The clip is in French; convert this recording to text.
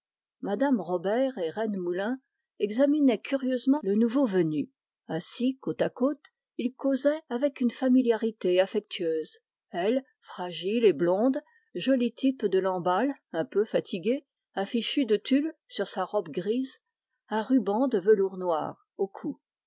mme robert et rennemoulin examinaient curieusement le nouveau venu assis sur un divan ils causaient avec une familiarité affectueuse elle fragile et blonde joli type de lamballe un peu fatiguée un fichu de tulle sur sa robe grise un ruban de velours noir au cou